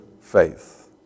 faith